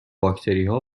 باکتریها